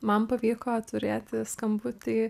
man pavyko turėti skambutį